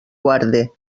guarde